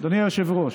אדוני היושב-ראש: